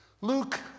Luke